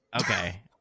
Okay